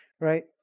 Right